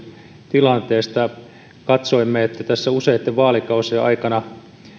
tilanteesta katsoimme että tässä useitten vaalikausien aikana tapahtuneet erilaiset taloudelliset